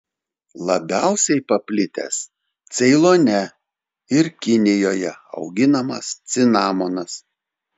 labiausiai paplitęs ceilone ir kinijoje auginamas cinamonas